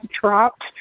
dropped